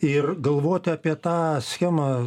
ir galvoti apie tą schemą